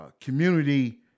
community